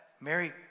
Mary